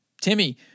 Timmy